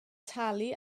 talu